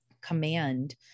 command